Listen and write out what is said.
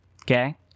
okay